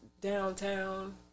downtown